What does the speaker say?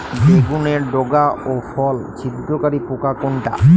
বেগুনের ডগা ও ফল ছিদ্রকারী পোকা কোনটা?